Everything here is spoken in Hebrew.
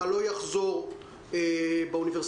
מה לא יחזור באוניברסיטאות?